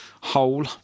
hole